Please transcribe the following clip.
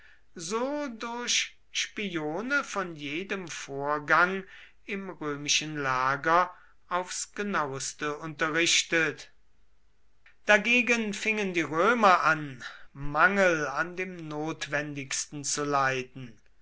so durch ihre spione von jedem vorgang im römischen lager aufs genaueste unterrichtet dagegen fingen die römer an mangel an dem notwendigsten zu leiden